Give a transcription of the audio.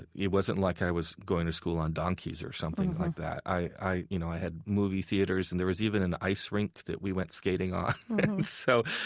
it it wasn't like i was going to school on donkeys or something like that. i you know i had movie theaters, and there was even an ice rink that we went skating on. and so,